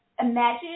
imagine